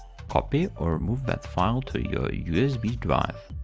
copy or move that file to your usb drive.